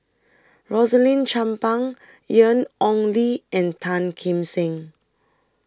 Rosaline Chan Pang Ian Ong Li and Tan Kim Seng